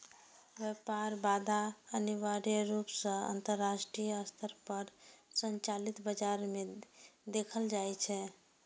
व्यापार बाधा अनिवार्य रूप सं अंतरराष्ट्रीय स्तर पर संचालित बाजार मे देखल जाइ छै